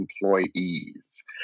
employees